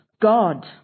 God